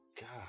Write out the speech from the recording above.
God